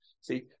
See